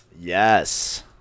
Yes